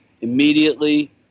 immediately